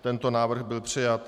Tento návrh byl přijat.